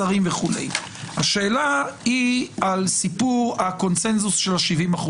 שרים וכו'; השאלה היא על סיפור הקונצנזוס של ה-70%,